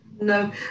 No